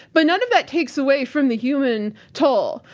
but none of that takes away from the human toll.